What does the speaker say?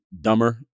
dumber